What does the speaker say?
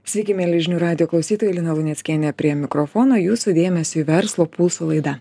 sveiki mieli žinių radijo klausytojai lina luneckienė prie mikrofono jūsų dėmesiui verslo pulso laida